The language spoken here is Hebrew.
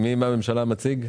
מי מהממשלה מציג?